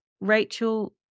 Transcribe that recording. Rachel